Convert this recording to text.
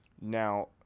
now